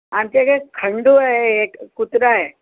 आमच्या इकडे खंडू आहे एक कुत्रा आहे